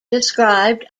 described